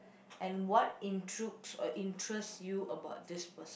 and what intrigues or interest you about this person